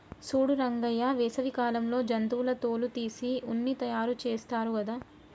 సూడు రంగయ్య వేసవి కాలంలో జంతువుల తోలు తీసి ఉన్ని తయారుచేస్తారు గాదు